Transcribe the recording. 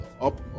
up